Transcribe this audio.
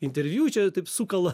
interviu čia taip sukala